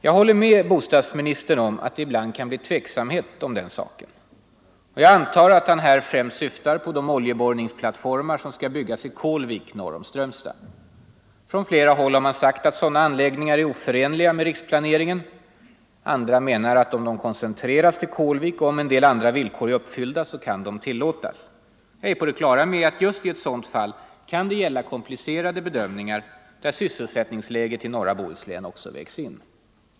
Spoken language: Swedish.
Jag håller med bostadsministern om att det ibland kan uppstå tveksamhet om den saken. Jag antar att han här syftar främst på de oljeborrningsplattformar som skall byggas i Kålvik norr om Strömstad. Från flera håll har man sagt att sådana anläggningar är oförenliga med riksplaneringen. Andra menar att om de koncentreras till Kålvik, och om en del andra villkor är uppfyllda, kan de tillåtas. Jag är helt på det klara med att i just ett sådant fall kan det bli komplicerade bedömningar, där sysselsättningsläget i norra Bohuslän också vägs in.